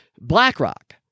BlackRock